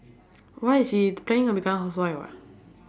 why she planning on becoming housewife ah